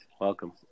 Welcome